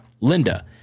Linda